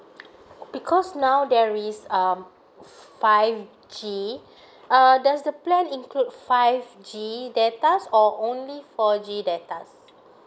because now there is um five G uh does the plan include five G data or only four G data